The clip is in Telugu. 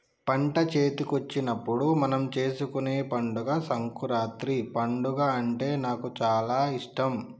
పంట చేతికొచ్చినప్పుడు మనం చేసుకునే పండుగ సంకురాత్రి పండుగ అంటే నాకు చాల ఇష్టం